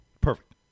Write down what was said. Perfect